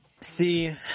See